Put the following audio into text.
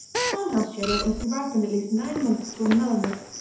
farmhouse cheddar must be ripened at least nine months to a mellowness,